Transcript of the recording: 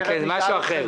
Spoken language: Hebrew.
זה משהו אחר.